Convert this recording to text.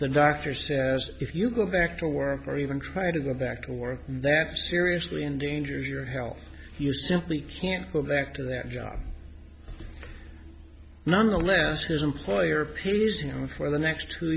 the doctor says if you go back to work or even try to go back to work that seriously endanger your health you simply can't go back to that job none the less his employer pays you know for the next two